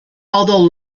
although